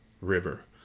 river